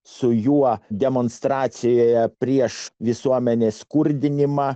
su juo demonstracijoje prieš visuomenės skurdinimą